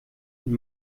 und